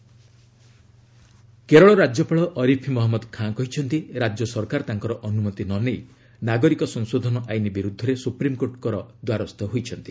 Kerala governor Kerala ରାଜ୍ୟପାଳ ଅରିଫ୍ ମହମ୍ମଦ ଖାଁ କହିଛନ୍ତି ରାଜ୍ୟ ସରକାର ତାଙ୍କର ଅନୁମ୍ମତି ନ ନେଇ ନାଗରିକ ସଂଶୋଧନ ଆଇନ୍ ବିରୁଦ୍ଧରେ ସୁପ୍ରିମ୍କୋର୍ଟଙ୍କର ଦ୍ୱାରସ୍ଥ ହୋଇଛନ୍ତି